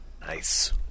Nice